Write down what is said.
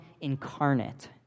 incarnate